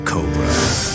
Cobra